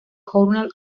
journal